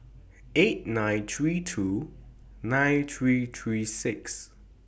eight nine three two nine three three six